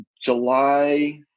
July